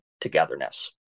togetherness